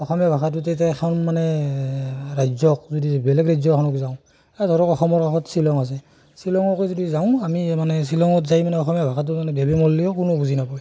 অসমীয়া ভাষাটোতে এখন মানে ৰাজ্যক যদি বেলেগ ৰাজ্য এখনত যাওঁ এই ধৰক অসমৰ কাষত শ্বিলং আছে শ্বিলঙকো যদি আমি যাওঁ আমি মানে শ্বিলঙত যাই মানে অসমীয়া ভাষাটো মানে বেবাই মৰিলেও কোনেও বুজি নাপায়